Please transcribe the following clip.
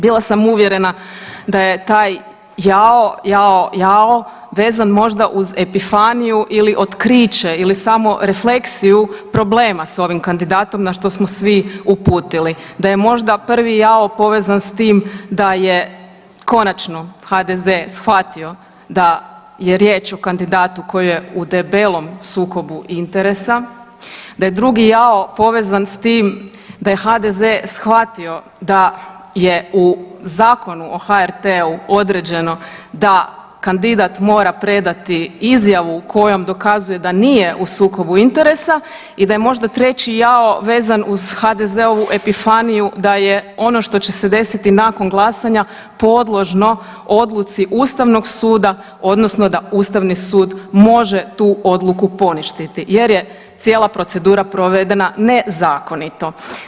Bila sam uvjerena da je taj jao, jao, jao vezan možda uz epifaniju ili otkriće ili samo refleksiju problema s ovim kandidatom na što smo svi uputili, da je možda prvi jao povezan s tim da je konačno HDZ shvatio da je riječ o kandidatu koji je u debelom sukobu interesa, da je drugi jao povezan s tim da je HDZ shvatio da je u Zakonu o HRT-u određeno da kandidat mora predati izjavu kojom dokazuje da nije u sukobu interesa i da je možda treći jao vezan uz HDZ-u epifaniju da je ono što se će desiti nakon glasanja, podložno odluci Ustavnog suda odnosno da Ustavni sud može tu odluku poništiti jer je cijela procedura provedena nezakonito.